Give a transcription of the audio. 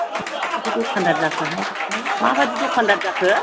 माबादि दखानदार जाखो हाय माबादि दखानदार जाखो